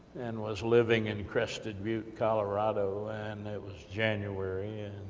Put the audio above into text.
and was living in crested view, colorado, and it was january,